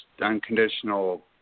unconditional